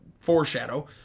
Foreshadow